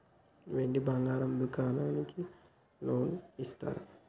వెండి బంగారం దుకాణానికి లోన్ ఇస్తారా?